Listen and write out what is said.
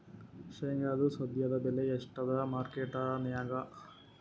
ಶೇಂಗಾದು ಸದ್ಯದಬೆಲೆ ಎಷ್ಟಾದಾ ಮಾರಕೆಟನ್ಯಾಗ?